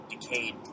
decayed